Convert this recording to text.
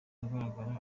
ahagaragara